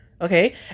okay